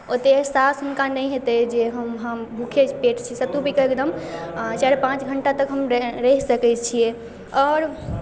ओतेक एहसास हुनका नहि हेतै जे हम हम भूखे पेट छी सत्तू पी कऽ एकदम चारि पाँच घंटातक हम रहि सकै छियै आओर